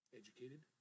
educated